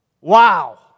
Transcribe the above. Wow